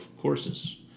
courses